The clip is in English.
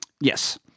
Yes